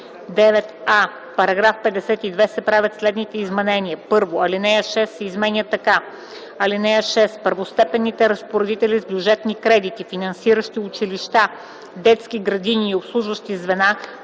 9а: „9а. В § 52 се правят следните изменения: 1. Алинея 6 се изменя така: „(6) Първостепенните разпоредители с бюджетни кредити, финансиращи училища, детски градини и обслужващи звена,